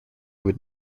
would